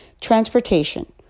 transportation